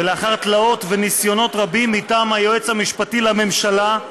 ולאחר תלאות וניסיונות רבים מטעם היועץ המשפטי לממשלה,